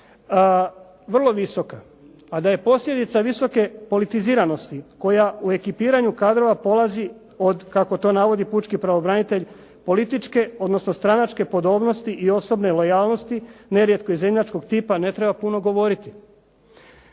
vrlo visoka, a da je posljedica visoke politiziranosti koja u ekipiranju kadrova polazi od kako to navodi pučki pravobranitelj političke, odnosno stranačke podobnosti i osobne lojalnosti, nerijetko iz …/Govornik se ne razumije./… tipa ne treba puno govoriti.